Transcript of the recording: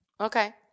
okay